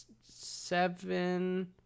seven